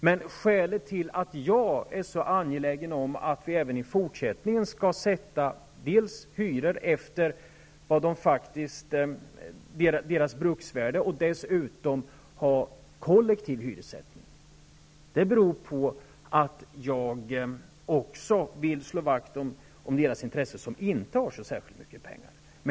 Men skälet till att jag är så angelägen om att vi även i fortsättningen skall sätta hyrorna efter deras faktiska bruksvärde och dessutom ha kollektiv hyressättning är att jag också vill slå vakt om deras intresse som inte har särskilt mycket pengar.